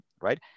right